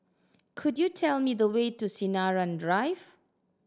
could you tell me the way to Sinaran Drive